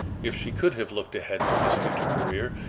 if she could have looked ahead to his future career,